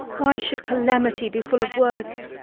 why should calamity be full of words?